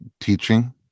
teaching